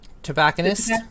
Tobacconist